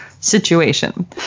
situation